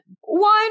One